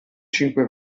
cinque